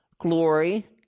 glory